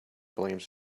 blames